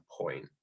point